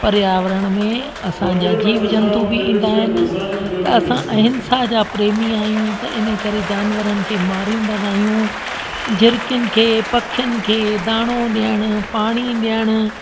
पर्यावरण में असां जा जीव जंतू बि ईंदा आहिनि त असां अहिंसा जा प्रेमी आहियूं त इन करे जानवरनि खे मारींदा न आहियूं झिड़िकियुनि खे पखियुनि खे धाणो ॾियणु पाणी ॾियणु